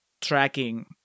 tracking